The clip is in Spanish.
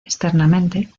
externamente